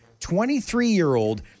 23-year-old